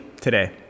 today